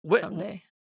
someday